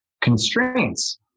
constraints